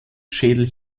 schädel